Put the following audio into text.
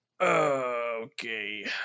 okay